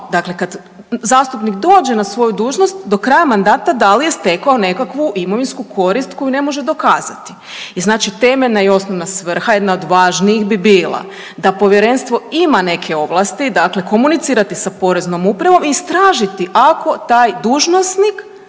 dakle kad zastupnik dođe na svoju dužnost, do kraja mandata da li je stekao nekakvu imovinsku korist koju ne može dokazati. I znači temeljna i osnovna svrha, jedna od važnijih bi bila, da povjerenstvo ima neke ovlasti, dakle, komunicirati sa Poreznom upravom i istražiti, ako taj dužnosnik